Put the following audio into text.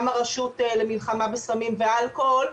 גם הרשות למלחמה בסמים ואלכוהול.